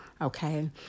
Okay